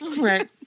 Right